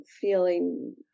feeling